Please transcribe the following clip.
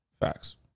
Facts